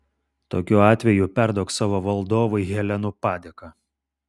tokiu atveju perduok savo valdovui helenų padėką